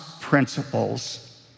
principles